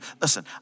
Listen